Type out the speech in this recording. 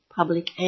public